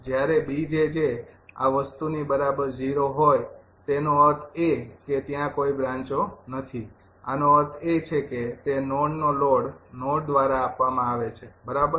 જ્યારે B jj આ વસ્તુની બરાબર ૦ હોય તે નો અર્થ એ કે ત્યાં કોઈ બ્રાંચો નથી આનો અર્થ એ છે કે તે નોડનો લોડ નોડ દ્વારા આપવામાં આવે છે બરાબર